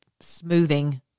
smoothing